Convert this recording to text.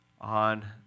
on